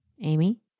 Amy